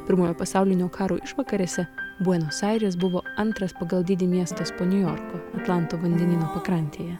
pirmojo pasaulinio karo išvakarėse buenos airės buvo antras pagal dydį miestas po niujorko atlanto vandenyno pakrantėje